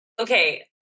Okay